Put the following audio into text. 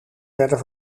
werden